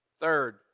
Third